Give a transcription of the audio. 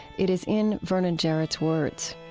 it is in vernon jarrett's words